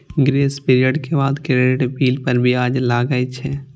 grace period के बाद credit bill पर ब्याज लागै छै